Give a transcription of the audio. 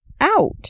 out